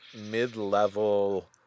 mid-level